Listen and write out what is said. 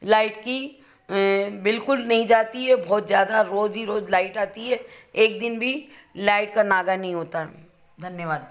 light की बिलकुल नहीं जाती है बहुत ज़्यादा रोज़ ही रोज़ लाइट आती है एक दिन भी लाइट का नागा नहीं होता है धन्यवाद